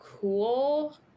cool